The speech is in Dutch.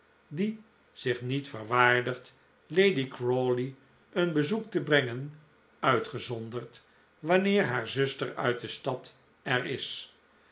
die zich niet verwaardigt lady crawley een bezoek te brengen uitgezonderd wanneer haar zuster uit de stad er is